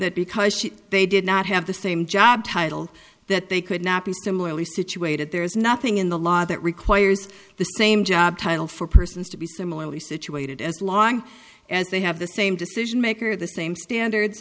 that because she they did not have the same job title that they could not be similarly situated there is nothing in the law that requires the same job title for persons to be similarly situated as long as they have the same decision maker the same standards